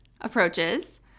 approaches